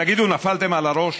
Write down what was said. תגידו, נפלתם על הראש?